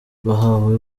bahawe